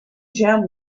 gem